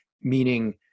meaning